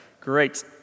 Great